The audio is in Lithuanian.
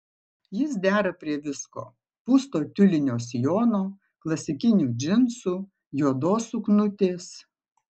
jis dera prie visko pūsto tiulinio sijono klasikinių džinsų juodos suknutės